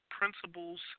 principles